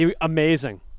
Amazing